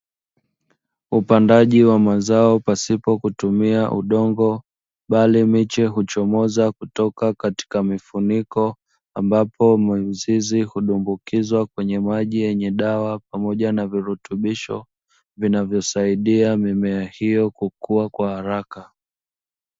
Upandaji wa mazao pasipo kutumia udongo, bali miche huchomoza kutoka katika mifuko ambapo mizizi hundumbukizwa kwenye maji yenye dawa pamoja na virutubisho, vinavyosaidia mimea hiyo kukua kwa haraka.